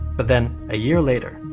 but then a year later,